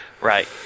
Right